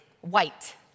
white